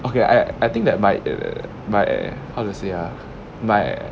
okay I I think that my err my err how to say ah my